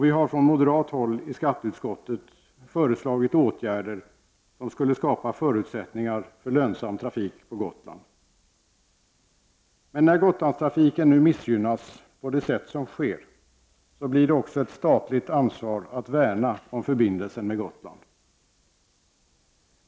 Vi har från moderat håll i skatteutskottet föreslagit åtgärder som skulle skapa förutsättningar för lönsam trafik på Gotland. Men när Gotlandstrafiken nu missgynnas på det sätt som sker blir det också ett statligt ansvar att värna om förbindelsen med Gotland.